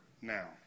Now